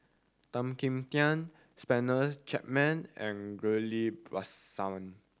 Tan Kim Tian Spencer Chapman and Ghillie Basan